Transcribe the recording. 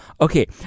Okay